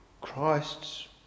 Christ's